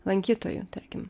lankytojų tarkim